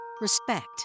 respect